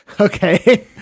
Okay